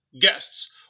guests